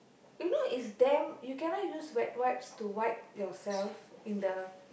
you know is damn you cannot use wet wipes to wipe yourself in the